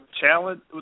challenge